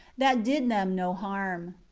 that did them no harm.